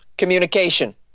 communication